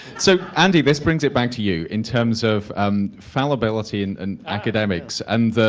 so andy this brings it back to you in terms of um fallibility and and academics.